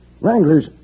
Wranglers